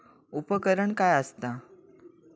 उपकरण काय असता?